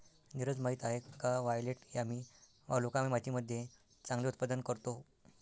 नीरज माहित आहे का वायलेट यामी वालुकामय मातीमध्ये चांगले उत्पादन करतो?